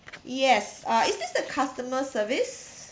yes uh is the customer service